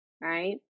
Right